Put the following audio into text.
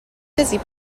fizzy